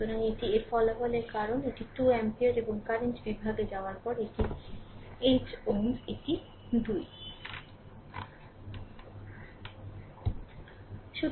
সুতরাং এটি এর ফলাফলের কারণে এটি 2 অ্যাম্পিয়ার এবং কারেন্ট বিভাগে যাওয়ার পরে এটি 8 Ω এটি 2